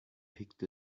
picked